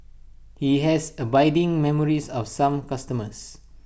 he has abiding memories of some customers